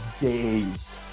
dazed